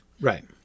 Right